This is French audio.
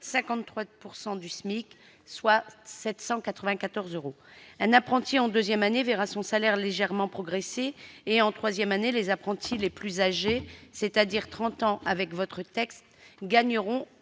53 % du SMIC, soit 794 euros. Un apprenti en deuxième année verra son salaire légèrement progresser. En troisième année, les apprentis les plus âgés, c'est-à-dire 30 ans avec ce texte, gagneront